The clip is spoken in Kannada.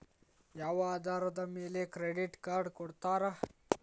ಯಾವ ಆಧಾರದ ಮ್ಯಾಲೆ ಕ್ರೆಡಿಟ್ ಕಾರ್ಡ್ ಕೊಡ್ತಾರ?